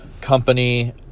company